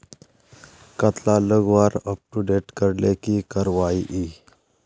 कतला लगवार अपटूडेट करले की करवा ई?